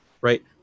right